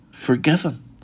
forgiven